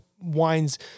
wines